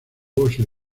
oso